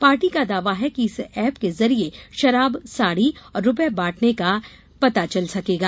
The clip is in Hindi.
पार्टी का दावा है कि इस एप के जरिए शराब साड़ी और रूपये बांटने का पता चलेगा